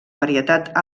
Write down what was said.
varietat